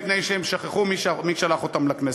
מפני שהם שכחו מי שלח אותם לכנסת.